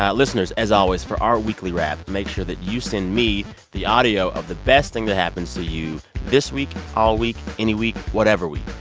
listeners, as always, for our weekly wrap, make sure that you send me the audio of the best thing that happens to you this week, all week, any week, whatever week.